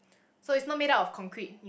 so it's not made up of concrete